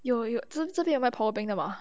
有有这这边有卖 power bank 的吗